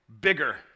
bigger